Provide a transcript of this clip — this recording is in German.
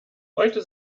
heute